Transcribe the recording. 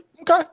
Okay